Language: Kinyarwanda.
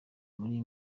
muri